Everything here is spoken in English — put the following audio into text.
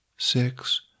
six